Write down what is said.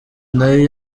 nayo